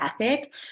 ethic